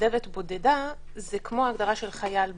מתנדבת בודדה זה כמו הגדרה של חייל בודד,